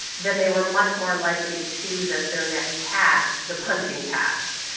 then they were much more likely to choose as their next task the punching task.